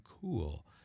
cool